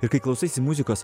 ir kai klausaisi muzikos